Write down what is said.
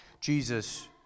Jesus